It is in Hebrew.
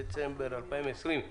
30 בדצמבר 2020,